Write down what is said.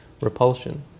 repulsion